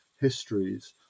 histories